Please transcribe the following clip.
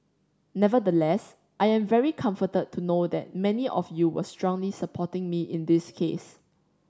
nevertheless I am very comforted to know that many of you were strongly supporting me in this case